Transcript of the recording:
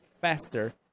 faster